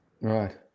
Right